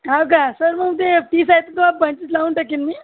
हाव का सर मग ते तीस आहेत तर पंचवीस लावून टाकीन मी